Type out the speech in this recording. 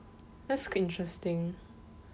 that's interesting